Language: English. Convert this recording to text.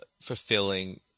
fulfilling